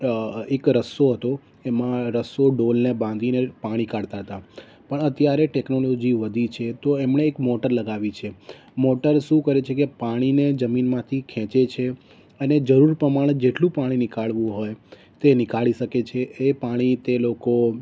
અ એક રસ્સો હતો એમાં રસ્સો ડોલને બાંધીને પાણી કાઢતા હતા પણ અત્યારે ટેકનોલોજી વધી છે તો એમણે એક મોટર લગાવી છે મોટર શું કરે છે કે પાણીને જમીનમાંથી ખેંચે છે અને જરૂર પ્રમાણે જેટલું પાણી નીકાળવું હોય તે નીકાળી શકે છે એ પાણી તે લોકો